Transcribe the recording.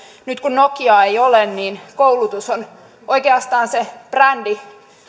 nyt kun nokaa ei ole niin koulutus on oikeastaan se brändi